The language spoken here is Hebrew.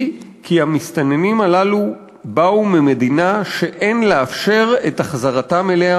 היא כי המסתננים הללו באו ממדינה שאין לאפשר את החזרתם אליה,